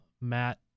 Matt